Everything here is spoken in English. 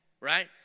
right